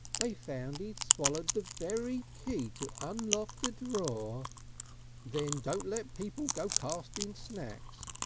they found he'd swallowed the very key to unlock the drawer then don't let people go casting snacks!